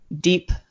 deep